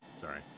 Sorry